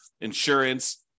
insurance